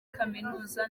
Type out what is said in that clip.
kaminuza